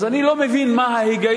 אז אני לא מבין מה ההיגיון,